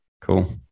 cool